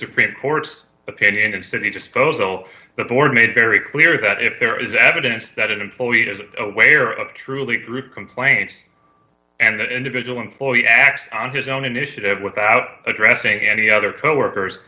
supreme court's opinion and city disposal the board made very clear that if there is evidence that an employee has a truly through complaint and the individual employee asked on his own initiative without addressing any other coworkers